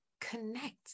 connect